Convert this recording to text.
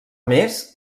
més